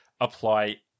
apply